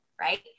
right